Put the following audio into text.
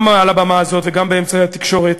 גם על הבמה הזאת וגם באמצעי התקשורת,